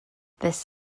this